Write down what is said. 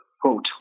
quote